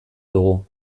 dugu